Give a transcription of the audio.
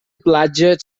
platges